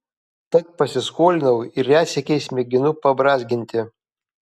tad pasiskolinau ir retsykiais mėginu pabrązginti